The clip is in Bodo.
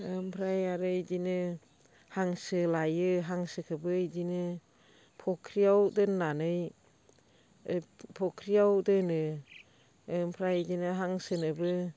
ओमफ्राय आरो बिदिनो हांसो लायो हांसोखौबो बिदिनो फुख्रियाव दोननानै फुख्रियाव दोनो ओमफ्राय बिदिनो हांसोनोबो